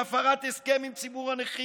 להפרת הסכם עם ציבור הנכים,